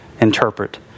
interpret